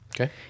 Okay